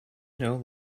know